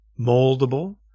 moldable